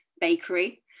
bakery